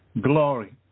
glory